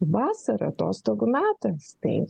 vasara atostogų metai tai